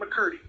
McCurdy